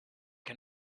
can